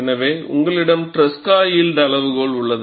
எனவே உங்களிடம் ட்ரெஸ்கா யில்ட்அளவுகோல் உள்ளது